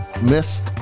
missed